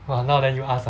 !wah! now then you ask ah